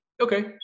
Okay